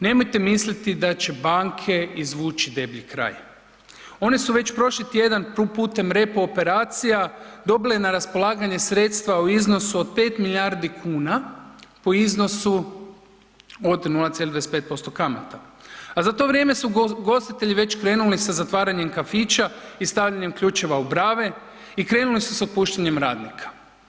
Nemojte misliti da će banke izvući deblji kraj, one su već prošli tjedan putem repo operacija dobile na raspolaganje sredstva u iznosu od 5 milijardi kuna po iznosu od 0,25% kamata, a za to vrijeme su ugostitelji već krenuli sa zatvaranjem kafića i stavljanjem ključeva u brave i krenuli sa otpuštanjem radnika.